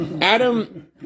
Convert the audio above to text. Adam